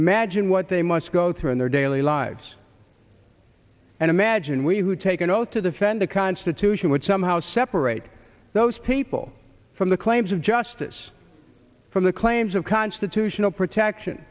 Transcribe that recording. imagine what they must go through in their daily lives and imagine we who take an oath to defend the constitution would somehow separate those people from the claims of justice from the claims of constitutional protection